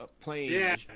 playing